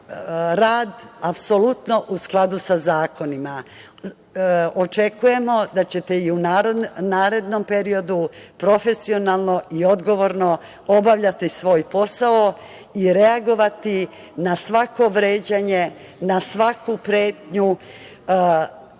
rad apsolutno u skladu sa zakonima. Očekujemo da ćete i u narednom periodu profesionalno i odgovorno obavljati svoj posao i reagovati na svako vređanje, na svaku pretnju,